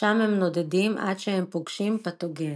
שם הם נודדים עד שהם פוגשים פתוגן.